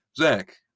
zach